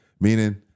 Meaning